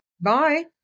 Bye